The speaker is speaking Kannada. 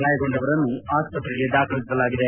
ಗಾಯಗೊಂಡವರನ್ನು ಆಸ್ಪತ್ರೆಗೆ ದಾಖಲಿಸಲಾಗಿದೆ